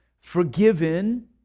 forgiven